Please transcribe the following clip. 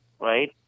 right